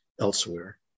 elsewhere